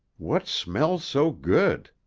what smells so good?